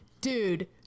Dude